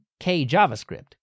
KJavaScript